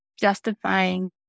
justifying